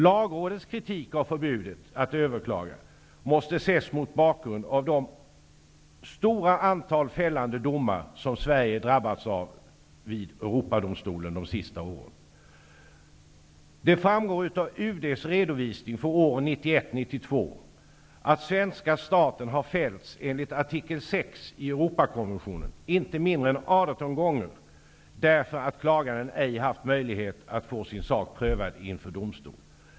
Lagrådets kritik av förbudet att överklaga måste ses mot bakgrund av det höga antal fällande domar som Sverige drabbats av vid Europadomstolen de senaste åren. Det framgår av UD:s redovisning för åren 1991 och 1992, att svenska staten har fällts enligt artikel 6 i Europakonventionen inte mindre än 18 gånger, därför att klaganden ej haft möjlighet att få sin sak prövad inför domstol.